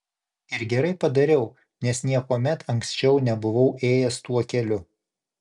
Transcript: ir gerai padariau nes niekuomet anksčiau nebuvau ėjęs tuo keliu